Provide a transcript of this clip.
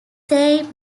saying